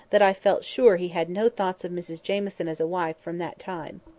that i felt sure he had no thoughts of mrs jamieson as a wife from that time.